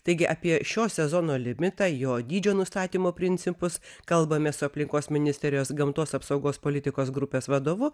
taigi apie šio sezono limitą jo dydžio nustatymo principus kalbamės su aplinkos ministerijos gamtos apsaugos politikos grupės vadovu